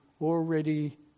already